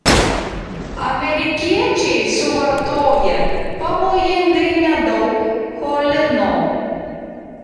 amerikiečiai suvartoja pavojingai nedaug cholino